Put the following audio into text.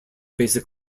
basic